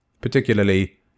particularly